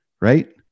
right